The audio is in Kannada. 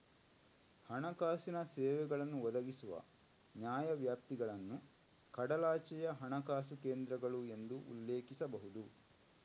ಹಣಕಾಸಿನ ಸೇವೆಗಳನ್ನು ಒದಗಿಸುವ ನ್ಯಾಯವ್ಯಾಪ್ತಿಗಳನ್ನು ಕಡಲಾಚೆಯ ಹಣಕಾಸು ಕೇಂದ್ರಗಳು ಎಂದು ಉಲ್ಲೇಖಿಸಬಹುದು